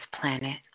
planet